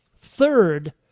third